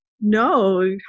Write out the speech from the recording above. no